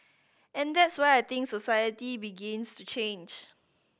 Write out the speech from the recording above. and that's where I think society begins to change